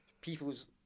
people's